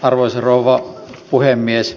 arvoisa rouva puhemies